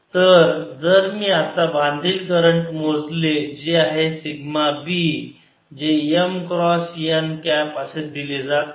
तर जर मी आता बांधील करंट मोजले जे आहे सिग्मा B जे M क्रॉस n कॅप असे दिले जाते